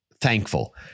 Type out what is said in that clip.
thankful